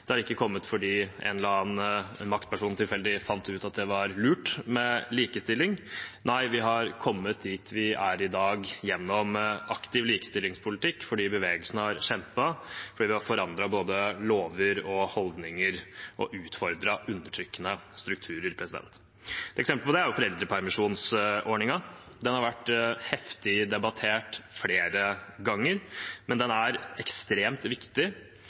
kommet fordi en eller annen maktperson tilfeldig fant ut at det var lurt med likestilling. Nei, vi har kommet dit vi er i dag, gjennom aktiv likestillingspolitikk fordi bevegelsen har kjempet, fordi vi har forandret både lover og holdninger og utfordret undertrykkende strukturer. Et eksempel på det er foreldrepermisjonsordningen. Den har vært heftig debattert flere ganger, men den er ekstremt viktig